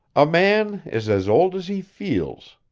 a man is as old as he feels,